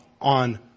on